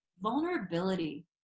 vulnerability